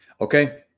okay